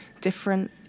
different